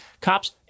cops